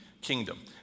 kingdom